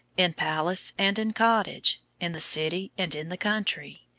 in palace and in cottage, in the city and in the country,